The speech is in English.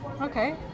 Okay